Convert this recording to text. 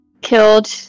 killed